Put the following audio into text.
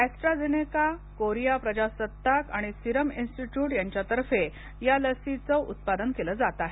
AstraZeneca Korea प्रजासत्ताक आणि Serum Institute यांच्यातर्फे या लसीचं उत्पादन केलं जात आहे